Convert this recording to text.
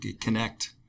Connect